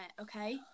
okay